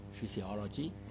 physiology